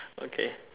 okay